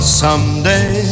someday